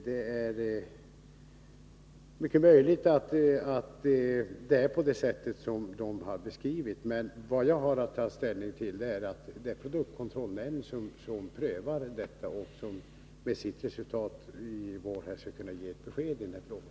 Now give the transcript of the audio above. Det är mycket möjligt att de ställningstaganden som gjorts där är riktiga. Men vad jag har att ta ställning till är de resultat som skall redovisas av produktkontrollnämnden, som prövar detta och som skall kunna ge besked i frågan i vår.